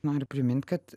noriu primint kad